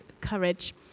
courage